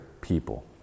people